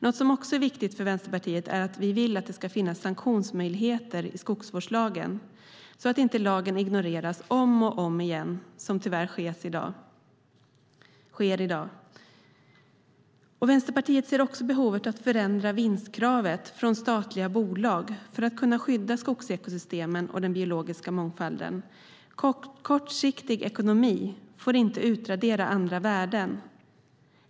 Det är viktigt för Vänsterpartiet att det finns sanktionsmöjligheter i skogsvårdslagen så att lagen inte ignoreras om och om igen, vilket tyvärr sker i dag. Vänsterpartiet ser också behovet av att ändra vinstkravet för statliga bolag för att kunna skydda skogsekosystemen och den biologiska mångfalden. Kortsiktig ekonomi får inte utradera andra värden.